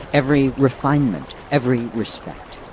every refinement, every respect.